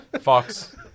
Fox